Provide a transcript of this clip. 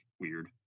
weird